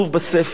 רק אז.